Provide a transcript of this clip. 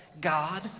God